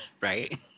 Right